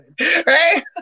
Right